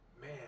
man